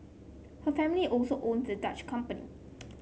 her family also owns the Dutch company